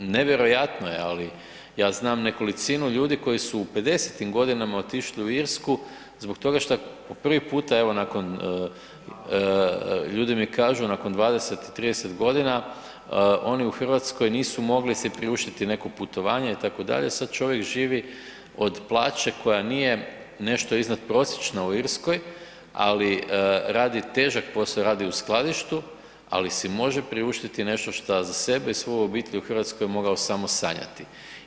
Nevjerojatno je, ali ja znam nekolicinu ljudi koji su u pedesetim godinama otišli u Irsku zbog toga što prvi puta evo nakon, ljudi mi kažu nakon 20, 30 godina oni u Hrvatsko nisu si mogli priuštiti neko putovanje itd. sada čovjek živi od plaće koja nije nešto iznadprosječna u Irskoj, ali radi težak posao, radi u skladištu, ali si može priuštiti nešto šta za sebe i svoju obitelj u Hrvatskoj je mogao samo sanjati.